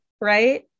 right